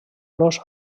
los